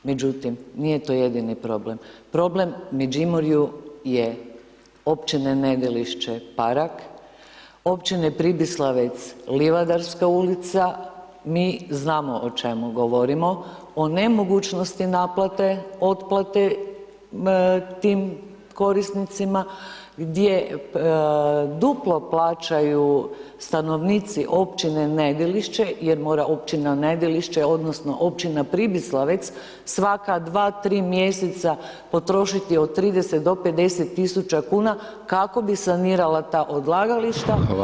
Međutim, nije to jedini problem, problem Međimurju je općina Nedelišće Parak, općine Pribislavec Livadarska ulica, mi znamo o čemu govorimo o nemogućnosti naplate, otplate tim korisnicima gdje duplo plaćaju stanovnici općine Nedelišće jer mora općina Nedelišće odnosno općina Pribislavec svaka dva, tri mjeseca potrošiti od 30 do 50 tisuća kuna, kako bi sanirala ta odlagališta [[Upadica: Hvala vam.]] a, zahvaljujem.